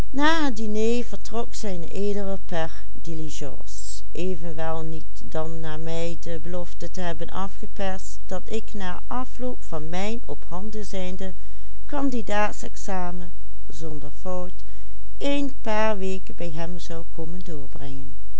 evenwel niet dan na mij de belofte te hebben afgeperst dat ik na afloop van mijn ophanden zijnde candidaatsexamen zonder fout een paar weken bij hem zou komen doorbrengen